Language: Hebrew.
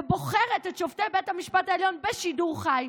ובוחרת את שופטי בית המשפט העליון בשידור חי,